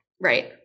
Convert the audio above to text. right